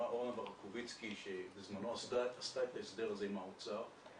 אמרה אורנה ברקוביצקי שבזמנו עשתה את ההסדר הזה עם האוצר,